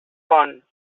pon